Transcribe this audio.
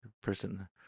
person